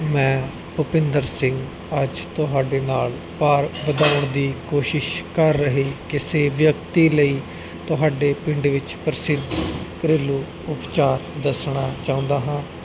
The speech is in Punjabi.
ਮੈਂ ਭੁਪਿੰਦਰ ਸਿੰਘ ਅੱਜ ਤੁਹਾਡੇ ਨਾਲ ਭਾਰ ਵਧਾਉਣ ਦੀ ਕੋਸ਼ਿਸ਼ ਕਰ ਰਹੇ ਕਿਸੇ ਵਿਅਕਤੀ ਲਈ ਤੁਹਾਡੇ ਪਿੰਡ ਵਿੱਚ ਪ੍ਰਸਿੱਧ ਘਰੇਲੂ ਉਪਚਾਰ ਦੱਸਣਾ ਚਾਹੁੰਦਾ ਹਾਂ